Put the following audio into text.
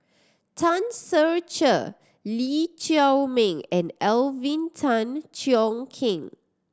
Tan Ser Cher Lee Chiaw Meng and Alvin Tan Cheong Kheng